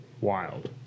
wild